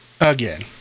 again